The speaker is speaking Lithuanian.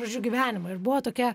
žodžiu gyvenimą ir buvo tokia